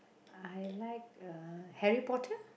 I like uh Harry-Potter